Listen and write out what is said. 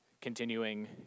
Continuing